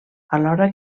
alhora